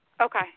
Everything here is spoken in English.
Okay